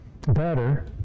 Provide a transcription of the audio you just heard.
better